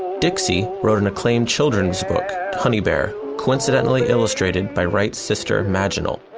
dixie wrote an acclaimed children's book, honey bear, coincidently illustrated by wright's sister, maginal.